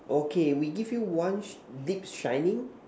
okay we give you one sh~ deep shining